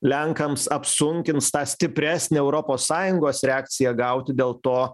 lenkams apsunkins tą stipresnę europos sąjungos reakciją gauti dėl to